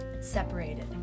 separated